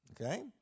Okay